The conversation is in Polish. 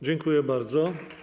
Dziękuję bardzo.